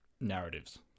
narratives